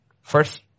first